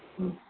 ம்